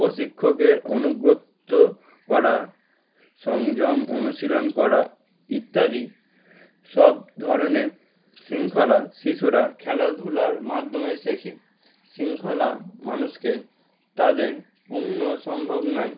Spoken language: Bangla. ও শিক্ষকের অনুগত করা সংযম অনুশীলন করা ইত্যাদি সব ধরনের শৃঙ্খলা শিশুরা খেলাধুলার মাধ্যমে শেখে শৃঙ্খলা মানুষকে তাদের পূণ্য সমভাবনায়